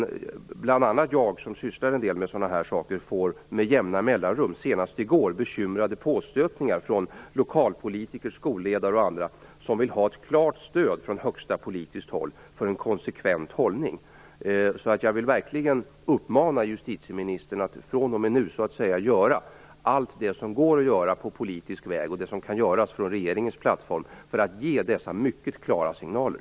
Jag som sysslar en del med sådana här saker får med jämna mellanrum, senast i går, påstötningar från bekymrade lokalpolitiker, skolledare och andra som vill ha ett klart stöd från högsta politiska håll för en konsekvent hållning. Jag vill verkligen uppmana justitieministern att från och med nu göra allt som går att göra på politisk väg och som kan göras från regeringens plattform för att ge dessa mycket klara signaler.